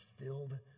filled